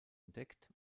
entdeckt